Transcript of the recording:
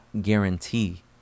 guarantee